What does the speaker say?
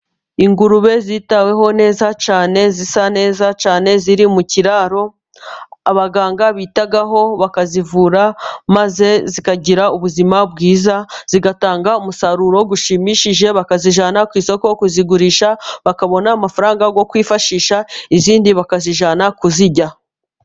Ingurube zitaweho neza cyane, zisa neza cyane, ziri mu kiraro, abaganga bitaho bakazivura, maze zikagira ubuzima bwiza, zigatanga umusaruro ushimishije, bakazijyana ku isoko kuzigurisha, bakabona amafaranga yo kwifashisha, izindi bakazijyana kuzirya.